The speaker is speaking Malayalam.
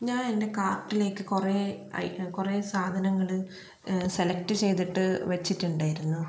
ഞാൻ എൻ്റെ കാർട്ടിലേക്കു കുറെ ഐറ്റം കുറെ സാധനങ്ങള് സെലക്ട് ചെയ്തിട്ട് വെച്ചിട്ടുണ്ടായിരുന്നു